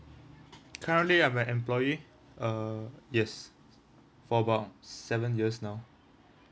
currently I'm an employee uh yes for about seven years now